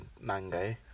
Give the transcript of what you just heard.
mango